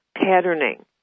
patterning